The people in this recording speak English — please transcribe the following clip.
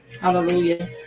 Hallelujah